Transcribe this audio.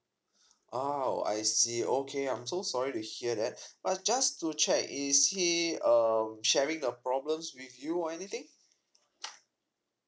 ha I see okay I'm so sorry to hear that but just to check is he um sharing the problems with you or anything